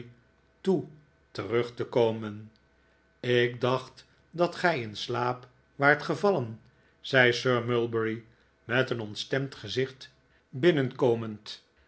toe terug te komen ik dacht dat gij in slaap waart gevallen zei sir mulberry met een ontstemd gezicht binnenkomend